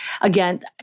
Again